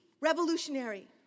revolutionary